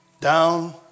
down